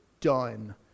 done